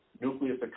nucleus